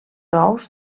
ous